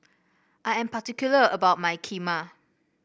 I am particular about my Kheema